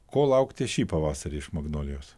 ko laukti šį pavasarį iš magnolijos